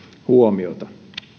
huomiota